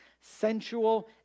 sensual